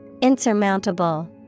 Insurmountable